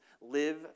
live